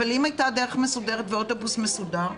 אבל אם הייתה דרך מסודרת ואוטובוס מסודר,